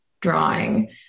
drawing